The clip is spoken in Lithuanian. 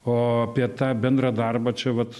o apie tą bendrą darbą čia vat